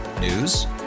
News